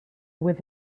with